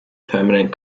permanent